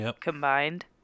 combined